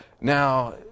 Now